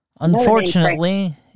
unfortunately